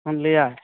सुनलिए